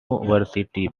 varsity